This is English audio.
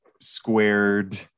squared